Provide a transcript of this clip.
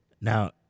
Now